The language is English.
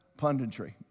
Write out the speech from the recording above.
punditry